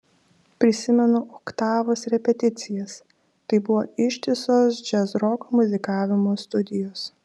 prisimenu oktavos repeticijas tai buvo ištisos džiazroko muzikavimo studijos